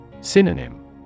Synonym